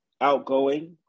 outgoing